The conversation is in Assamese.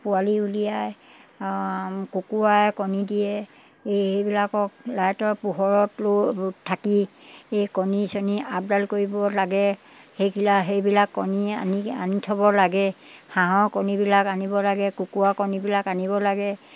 পোৱালি উলিয়াই কুকুৰাই কণী দিয়ে এই সেইবিলাকক লাইটৰ পোহৰতো থাকি এই কণী চণী আপডাল কৰিব লাগে সেইবিলাক সেইবিলাক কণী আনি আনি থ'ব লাগে হাঁহৰ কণীবিলাক আনিব লাগে কুকুৰাৰ কণীবিলাক আনিব লাগে